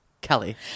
Kelly